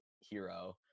hero